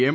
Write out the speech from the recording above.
એમ